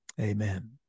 Amen